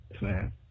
Man